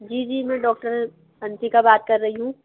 जी जी जी मैं डॉक्टर आंशिका बात कर रही हूँ